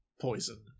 poison